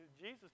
Jesus